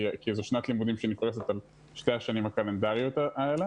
זו שנת לימודים שנפרשת על פני שתי השנים הקלנדריות האלה